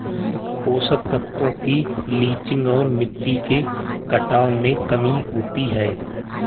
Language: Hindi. पोषक तत्वों की लीचिंग और मिट्टी के कटाव में कमी होती है